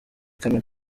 kamena